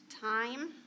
time